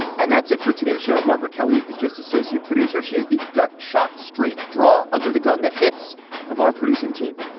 and that's it for today show, margaret kelly is the just associate producer, she is the gut shot straight drawer under the gun that hits of our producing team.